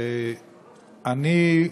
אני,